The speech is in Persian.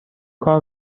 کار